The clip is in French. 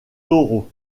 toro